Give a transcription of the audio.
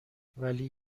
ولی